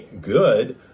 good